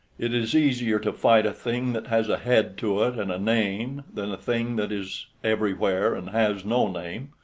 it is easier to fight a thing that has a head to it and a name, than a thing that is everywhere and has no name,